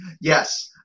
Yes